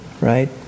right